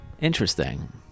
Interesting